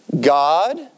God